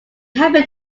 happened